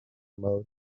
mode